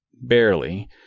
Barely